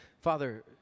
Father